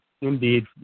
Indeed